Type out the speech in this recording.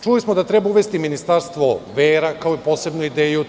Čuli smo da treba uvesti ministarstvo vera, kao posebnu ideju.